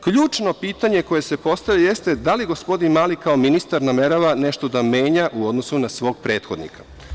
Ključno pitanje koje se postavlja jeste – da li gospodin Mali kao ministar namerava nešto da menja u odnosu na svog prethodnika?